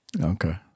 Okay